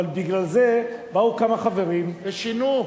אבל בגלל זה באו כמה חברים, ושינו.